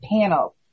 panel